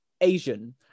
Asian